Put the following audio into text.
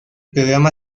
programa